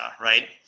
right